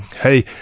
hey